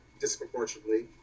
disproportionately